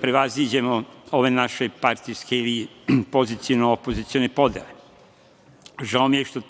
prevaziđemo ove naše partijske ili poziciono – opozicione podele. Žao mi je što